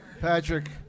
Patrick